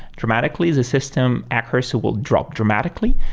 dramatically, the system accuracy will drop dramatically,